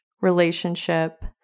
relationship